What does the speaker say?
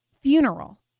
funeral